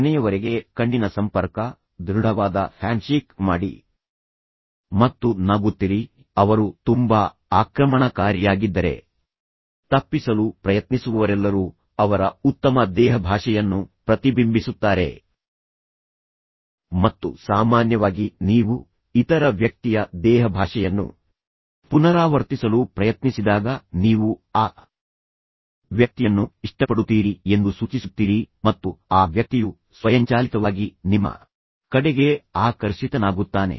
ಕೊನೆಯವರೆಗೆ ಕಣ್ಣಿನ ಸಂಪರ್ಕ ದೃಢವಾದ ಹ್ಯಾಂಡ್ಶೇಕ್ ಮಾಡಿ ಮತ್ತು ನಗುತ್ತಿರಿ ಅವರು ತುಂಬಾ ಆಕ್ರಮಣಕಾರಿಯಾಗಿದ್ದರೆ ತಪ್ಪಿಸಲು ಪ್ರಯತ್ನಿಸುವವರೆಲ್ಲರೂ ಅವರ ಉತ್ತಮ ದೇಹಭಾಷೆಯನ್ನು ಪ್ರತಿಬಿಂಬಿಸುತ್ತಾರೆ ಮತ್ತು ಸಾಮಾನ್ಯವಾಗಿ ನೀವು ಇತರ ವ್ಯಕ್ತಿಯ ದೇಹಭಾಷೆಯನ್ನು ಪುನರಾವರ್ತಿಸಲು ಪ್ರಯತ್ನಿಸಿದಾಗ ನೀವು ಆ ವ್ಯಕ್ತಿಯನ್ನು ಇಷ್ಟಪಡುತ್ತೀರಿ ಎಂದು ಸೂಚಿಸುತ್ತೀರಿ ಮತ್ತು ಆ ವ್ಯಕ್ತಿಯು ಸ್ವಯಂಚಾಲಿತವಾಗಿ ನಿಮ್ಮ ಕಡೆಗೆ ಆಕರ್ಷಿತನಾಗುತ್ತಾನೆ